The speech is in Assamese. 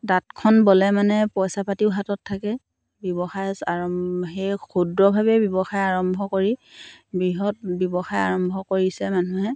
তাঁতখন ব'লে মানে পইচা পাতিও হাতত থাকে ব্যৱসায় আৰম্ সেই ক্ষুদ্ৰভাৱেই ব্যৱসায় আৰম্ভ কৰি বৃহৎ ব্যৱসায় আৰম্ভ কৰিছে মানুহে